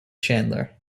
chandler